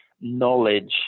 knowledge